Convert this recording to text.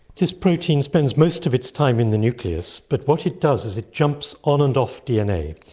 this protein spends most of its time in the nucleus but what it does is it jumps on and off dna.